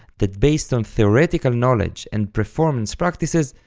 that based on theoretical knowledge and performance practices,